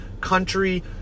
country